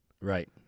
Right